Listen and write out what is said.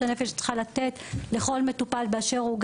הנפש צריכה לתת לכל מטופל באשר הוא,